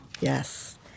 Yes